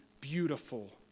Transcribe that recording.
beautiful